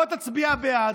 בוא תצביע בעד.